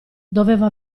doveva